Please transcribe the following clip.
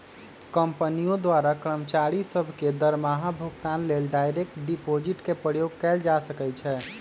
कंपनियों द्वारा कर्मचारि सभ के दरमाहा भुगतान लेल डायरेक्ट डिपाजिट के प्रयोग कएल जा सकै छै